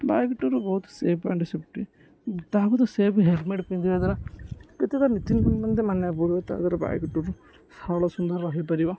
bike tour ବହୁତ safe and safety ତାହା ମଧ୍ୟ ସେଫ୍ ହେଲମେଟ୍ ପିନ୍ଧିବା ଦ୍ଵାରା କେତେଟା ନୀତି ମାନିବାକୁ ପଡ଼ିବ ତା ଦ୍ୱାରା ବାଇକ୍ ଟୁର୍ ସରଳ ସୁନ୍ଦର ହେଇପାରିବ